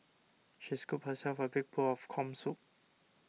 she scooped herself a big bowl of Corn Soup